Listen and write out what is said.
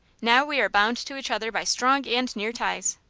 now we are bound to each other by strong and near ties.